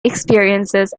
experiences